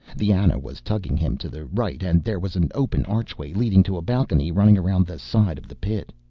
the ana was tugging him to the right, and there was an open archway leading to a balcony running around the side of the pit.